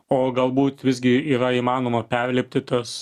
o galbūt visgi yra įmanoma perlipti tas